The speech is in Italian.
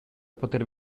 poter